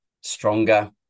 stronger